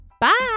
Bye